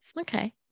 Okay